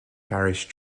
parish